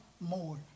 more